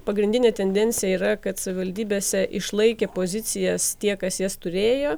pagrindinė tendencija yra kad savivaldybėse išlaikė pozicijas tie kas jas turėjo